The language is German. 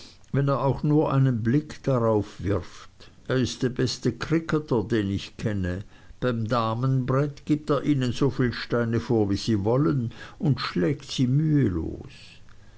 wenn er nur auch nur einen blick drauf wirft er ist der beste kricketter den ich kenne beim damenbrett gibt er ihnen so viel steine vor wie sie wollen und schlägt sie mühelos